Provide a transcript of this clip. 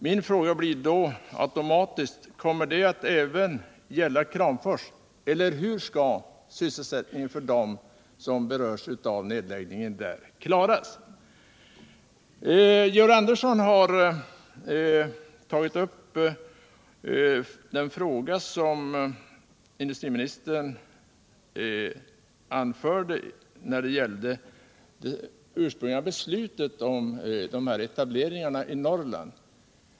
Min fråga blir då automatiskt: Kommer det att gälla även Kramfors? Eller hur skall sysselsättningen för dem som berörs av nedläggningen där klaras? Georg Andersson har tagit upp en fråga som industriministern berörde, att förhindra ned nämligen det ursprungliga beslutet om dessa ctableringar i Norrland.